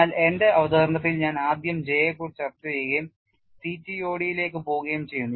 എന്നാൽ എന്റെ അവതരണത്തിൽ ഞാൻ ആദ്യം J യെക്കുറിച്ച് ചർച്ച ചെയ്യുകയും CTOD ലേക്ക് പോകുകയും ചെയ്യുന്നു